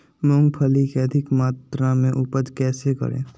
मूंगफली के अधिक मात्रा मे उपज कैसे करें?